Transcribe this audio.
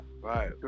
Right